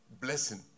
blessing